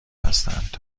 هستند